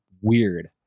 weird